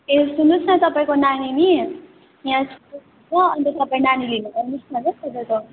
ए सुन्नुहोस् न तपाईँको नानी नि यहाँ स्कुलमा छ अन्त तपाईँ नानी लिनु आउनुहोस् न ल तपाईँको